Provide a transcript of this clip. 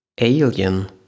Alien